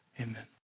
Amen